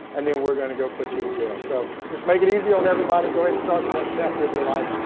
and then we're going to go put you in jail. so just make it easy on everybody, go ahead and start the next chapter of your life,